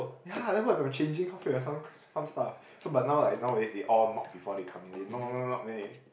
ya then what if I'm changing half way or some some stuff so but now like nowadays they all knock before they come in they knock knock knock knock knock then they